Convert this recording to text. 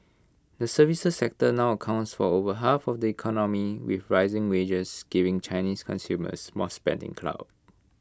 the services sector now accounts for over half of the economy with rising wages giving Chinese consumers more spending clout